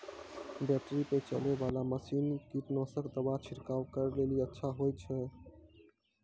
Battery पर चलै वाला मसीन कीटनासक दवा छिड़काव करै लेली अच्छा होय छै?